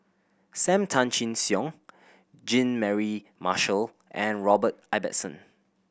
Sam Tan Chin Siong Jean Mary Marshall and Robert Ibbetson